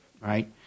right